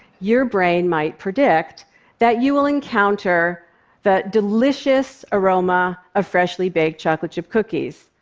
your brain might predict that you will encounter the delicious aroma of freshly baked chocolate chip cookies.